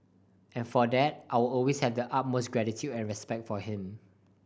and for that I will always have the utmost gratitude and respect for him